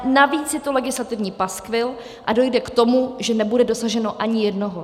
Navíc je to legislativní paskvil a dojde k tomu, že nebude dosaženo ani jednoho.